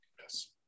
yes